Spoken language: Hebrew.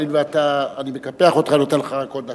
הואיל ואני מקפח אותך, אני נותן לך רק עוד דקה.